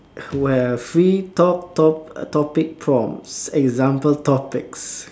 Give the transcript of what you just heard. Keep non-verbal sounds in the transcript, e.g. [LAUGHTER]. we have free top~ top~ topic prompts example topics [LAUGHS]